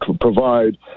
provide